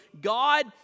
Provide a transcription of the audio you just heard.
God